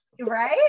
Right